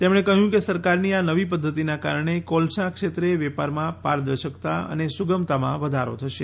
તેમણે કહ્યું કે સરકારની આ નવી પદ્ધતિના કારણે કોલસા ક્ષેત્રે વેપારમાં પારદર્શકતા અને સુગમતામાં વધારો થશે